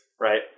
right